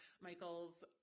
Michael's